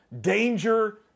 danger